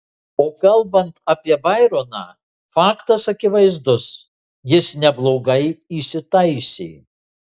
o kalbant apie baironą faktas akivaizdus jis neblogai įsitaisė